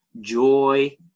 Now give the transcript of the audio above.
joy